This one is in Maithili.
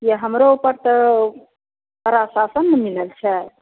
किए हमरो ऊपर तऽ कड़ा शाशन ने मिलै छै